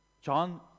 John